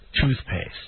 Toothpaste